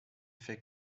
fait